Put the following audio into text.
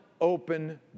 open